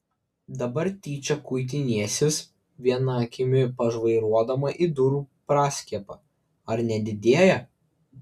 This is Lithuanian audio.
dabar tyčia kuitinėsis viena akimi pažvairuodama į durų praskiepą ar nedidėja